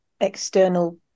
external